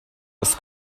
was